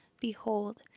Behold